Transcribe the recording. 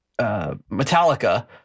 Metallica